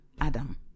Adam